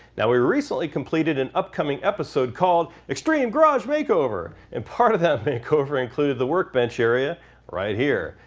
now we recently completed an upcoming episode called extreme garage makeover! and part of the makeover included the work bench area right here.